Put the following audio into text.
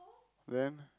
then